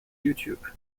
youtube